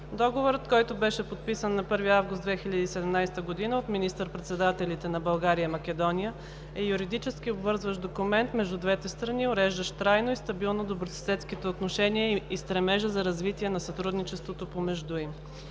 Договорът, който беше подписан на 1 август 2017 г. от министър-председателите на България и Македония, е юридически обвързващ документ между двете страни, уреждащ трайно и стабилно добросъседските отношения и стремежа за развитие на сътрудничеството помежду им.